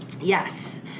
Yes